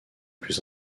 plus